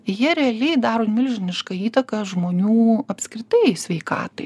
jie realiai daro milžinišką įtaką žmonių apskritai sveikatai